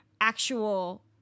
actual